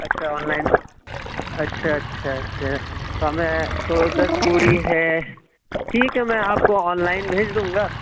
اچھا online اچھا اچھا اچھا تو ہمیں تو دس پوڑی ہے ٹھیک ہے میں آپ کو آن لائن بھیج دوں گا